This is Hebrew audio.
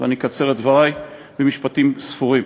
אני אקצר את דברי למשפטים ספורים.